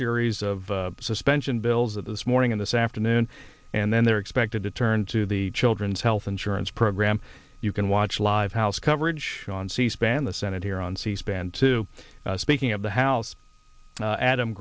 series of suspension bills that this morning in this afternoon and then they're expected to turn to the children's health insurance program you can watch live house coverage on c span the senate here on c span two speaking of the house and adam